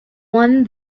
won